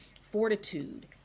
fortitude